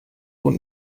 und